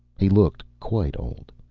he looked quite old,